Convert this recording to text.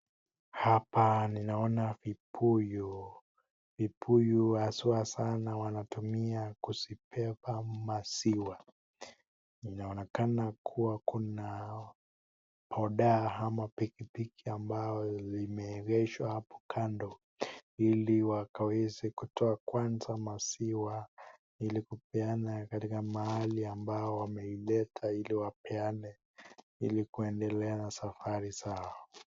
Hapa ninaona vibuyu, vibuyu haswa sana na wanatumia kuzibeba maziwa. Inaonekana kuwa kuna boda ama pikipiki ambayo limeegeshwa hapo kando ili wakaweze kutoa kwanza maziwa ili kupeana katika mahali ambayo wameiweka ili wapeane ili kuendelea na safari zao.